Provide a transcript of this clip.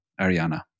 Ariana